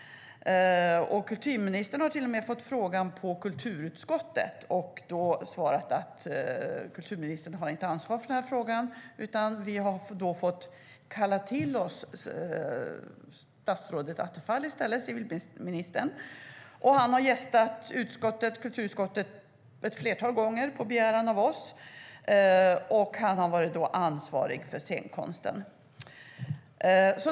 Kulturministern har till och med fått frågan på kulturutskottet och har svarat att hon inte har ansvar för den här frågan. Vi har då fått kalla till oss civilministern, och han har gästat kulturutskottet ett flertal gånger på begäran av oss, eftersom han har varit ansvarig för scenkonsten.